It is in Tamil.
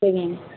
சரிங்கண்ணே